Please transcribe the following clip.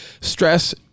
stress